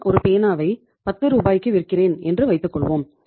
நான் ஒரு பேனாவை 10 ரூபாய்க்கு விற்கிறேன் என்று வைத்துக்கொள்வோம்